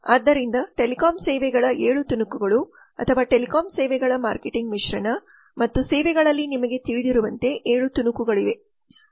ಆದ್ದರಿಂದ ಟೆಲಿಕಾಂ ಸೇವೆಗಳ 7 ತುಣುಕುಗಳು ಅಥವಾ ಟೆಲಿಕಾಂ ಸೇವೆಗಳ ಮಾರ್ಕೆಟಿಂಗ್ ಮಿಶ್ರಣ ಮತ್ತು ಸೇವೆಗಳಲ್ಲಿ ನಿಮಗೆ ತಿಳಿದಿರುವಂತೆ 7 ತುಣುಕುಗಳಿವೆ